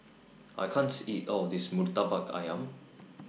I can't eat All of This Murtabak Ayam